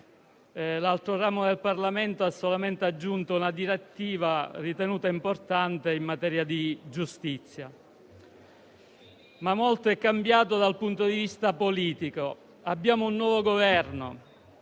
l'altro ramo del Parlamento ha solamente aggiunto una direttiva ritenuta importante in materia di giustizia - ma molto è cambiato dal punto di vista politico. Abbiamo un nuovo Governo,